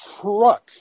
truck